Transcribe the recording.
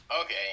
Okay